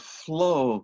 flow